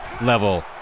level